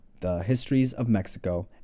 thehistoriesofmexico